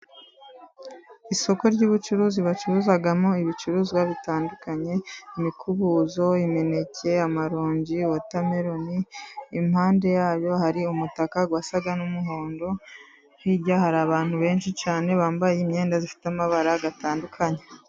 Isoko ry'ubucuruzi bacuruzamo ibicuruzwa bitandukanye: imikubuzo, imineke, amarongi, wotameroni. Impande yaho hari umutaka usa n'umuhondo, hirya hari abantu benshi cyane bambaye imyenda ifite amabara atandukanye.